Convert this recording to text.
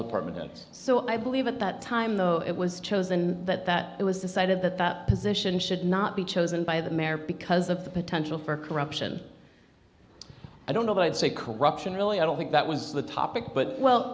departments so i believe at that time though it was chosen that that it was decided that that position should not be chosen by the mayor because of the potential for corruption i don't know but i'd say corruption really i don't think that was the topic but well